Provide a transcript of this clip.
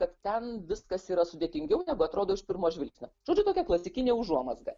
kad ten viskas yra sudėtingiau negu atrodo iš pirmo žvilgsnio žodžiu tokia klasikinė užuomazga